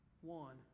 One